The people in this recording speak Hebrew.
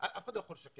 אף אחד לא יכול לשקר,